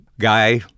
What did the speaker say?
guy